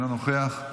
אינו נוכח,